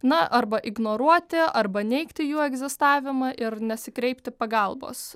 na arba ignoruoti arba neigti jų egzistavimą ir nesikreipti pagalbos